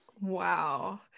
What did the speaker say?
Wow